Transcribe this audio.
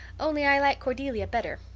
only i like cordelia better.